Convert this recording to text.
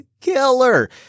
killer